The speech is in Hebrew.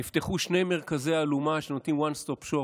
נפתחו שני מרכזי "אלומה", שנותנים one stop shop